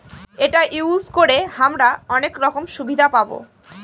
এটা ইউজ করে হামরা অনেক রকম সুবিধা পাবো